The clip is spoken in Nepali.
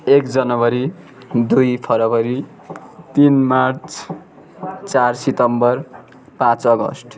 एक जनवरी दुई फरवरी तिन मार्च चार सितम्बर पाँच अगस्ट